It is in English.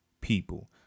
people